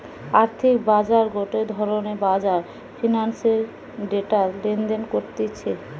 আর্থিক বাজার গটে ধরণের বাজার ফিন্যান্সের ডেটা লেনদেন করতিছে